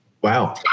Wow